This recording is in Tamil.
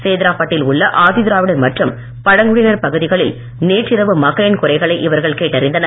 சேதராப்பட்டில் உள்ள ஆதிதிராவிடர் மற்றும் பழங்குடியினர் பகுதிகளில் நேற்று இரவு மக்களின் குறைகளை இவர்கள் கேட்டு அறிந்தனர்